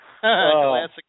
classic